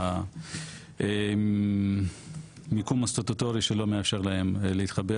על המיקום הסטטוטורי שלא מאפשר להם להתחבר,